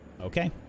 Okay